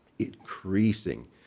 increasing